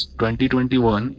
2021